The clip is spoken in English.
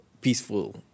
peaceful